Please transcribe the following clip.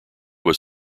was